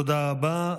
תודה רבה.